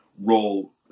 role